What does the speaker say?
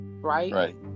right